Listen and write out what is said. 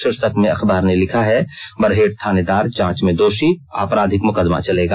शीर्षक में अखबार ने लिखा है बरहेट थानेदार जांच में दोषी आपराधिक मुकदमा चलेगा